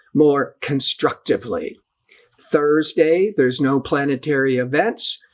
more constructively thursday there's no planetary events,